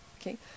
okay